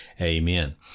Amen